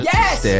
Yes